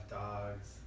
dogs